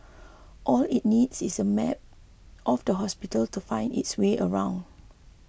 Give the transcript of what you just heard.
all it needs is a map of the hospital to find its way around